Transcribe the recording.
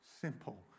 Simple